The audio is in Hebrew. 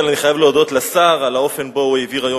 אני חייב להודות לשר על האופן שבו העביר היום